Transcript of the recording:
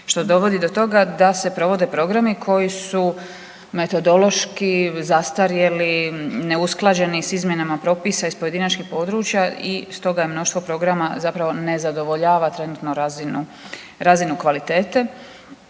što dovodi do toga da se provode programi koji su metodološki zastarjeli, neusklađeni s izmjenama propisa iz pojedinačnih područja i stoga mnoštvo programa zapravo ne zadovoljava trenutnu razinu, razinu